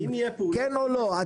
כן או לא?